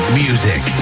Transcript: music